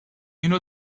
اینو